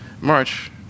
March